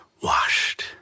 washed